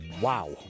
Wow